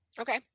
Okay